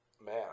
Man